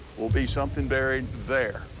will be something buried there.